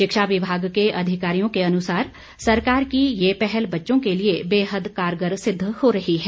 शिक्षा विभाग के अधिकारियों के अनुसार सरकार की ये पहल बच्चों के लिए बेहद कारगर सिद्ध हो रही है